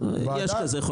מה לעשות, יש חוק כזה.